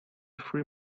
three